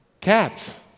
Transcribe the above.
Cats